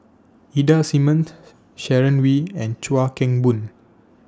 Ida Simmons Sharon Wee and Chuan Keng Boon